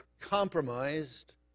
compromised